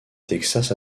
texas